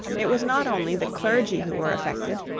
it was not only the clergy who were affected.